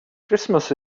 christmas